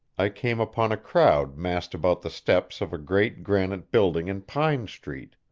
i came upon a crowd massed about the steps of a great granite building in pine street